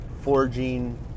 forging